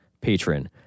patron